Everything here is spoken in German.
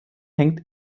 hängt